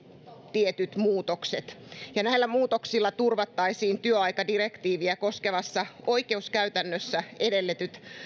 tietyt muutokset näillä muutoksilla turvattaisiin työaikadirektiiviä koskevassa oikeuskäytännössä edellytetyt